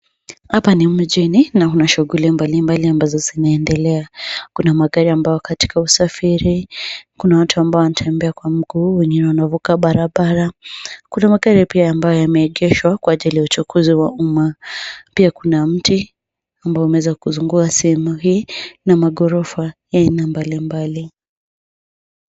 Hapa ni mjini na una shughuli mbali mbali ambazo zinaendelea, kuna magari ambayo katika usafiri, kuna watu ambao wanatembea kwa miguu wengine wanavuka barabara kuna magari pia ambayo yameegeshwa ya uchukuzi pia kuna mti ambayo umeweza kuzunguka sehemu hii na maghorofa ya aina mbalimbali.